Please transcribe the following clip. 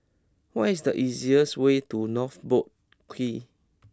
what is the easiest way to North Boat Quay